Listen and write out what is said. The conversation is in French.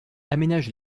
aménage